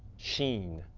sheen.